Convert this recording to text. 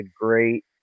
great